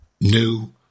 new